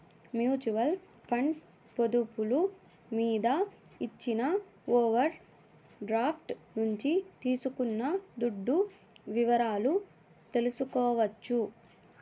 mutual funds పొదుపులు మీద ఇచ్చిన ఓవర్ డ్రాఫ్టు నుంచి తీసుకున్న దుడ్డు వివరాలు తెల్సుకోవచ్చు